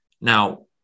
Now